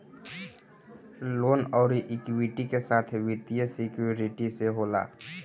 loan अउर equity के साथ वित्तीय सिक्योरिटी से होला